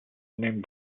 named